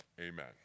Amen